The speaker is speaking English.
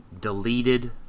deleted